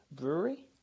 Brewery